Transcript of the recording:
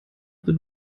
wird